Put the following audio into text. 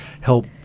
help